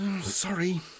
Sorry